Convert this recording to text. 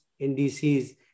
NDCs